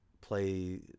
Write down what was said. play